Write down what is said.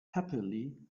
happily